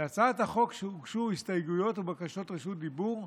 להצעת החוק הוגשו הסתייגויות ובקשות רשות דיבור.